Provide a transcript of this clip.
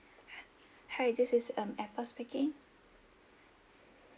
hi this is um apple speaking